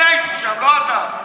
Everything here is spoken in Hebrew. אני הייתי שם, לא אתה.